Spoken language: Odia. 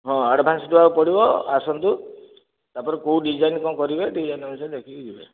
ହଁ ଆଡ଼ଭାନ୍ସ ଦେବାକୁ ପଡ଼ିବ ଆସନ୍ତୁ ତା'ପରେ କେଉଁ ଡିଜାଇନ କ'ଣ କରିବେ ଡିଜାଇନ ଅନୁସାରେ ଦେଖିକି ଯିବେ